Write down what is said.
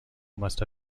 must